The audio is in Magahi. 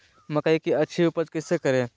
मकई की अच्छी उपज कैसे करे?